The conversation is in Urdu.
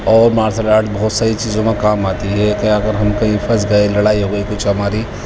اور مارشل آرٹ بہت ساری چیزوں میں کام آتی ہے کہ اگر ہم کہیں پھنس گئے لڑائی ہوگئی کچھ ہماری